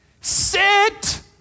sit